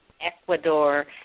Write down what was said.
Ecuador